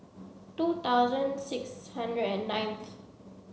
two thousand six hundred and nineth